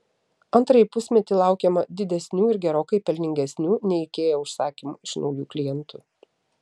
antrąjį pusmetį laukiama didesnių ir gerokai pelningesnių nei ikea užsakymų iš naujų klientų